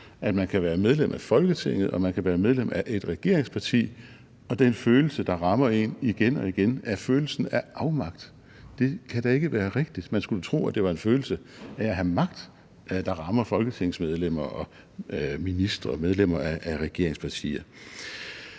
at man kan være medlem af Folketinget og være medlem af et regeringsparti, og at den følelse, der rammer en igen og igen, er følelsen af afmagt. Det kan da ikke være rigtigt; man skulle jo tro, at det var en følelse af at have magt, der rammer folketingsmedlemmer, ministre og medlemmer af regeringspartier.